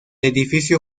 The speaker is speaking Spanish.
edificio